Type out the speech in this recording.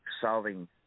solving